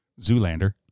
Zoolander